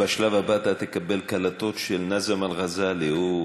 בשלב הבא אתה תקבל קלטות של נאזם אל-ע'זאלי.